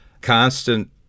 constant